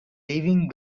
living